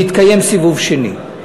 והתקיים סיבוב שני,